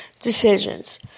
decisions